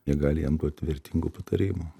jie gali jam duoti vertingų patarimų